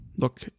Look